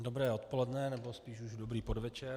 Dobré odpoledne, nebo spíš už dobrý podvečer.